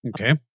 Okay